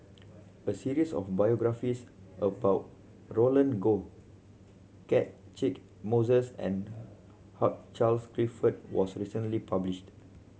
a series of biographies about Roland Goh Catchick Moses and Hugh Charles Clifford was recently published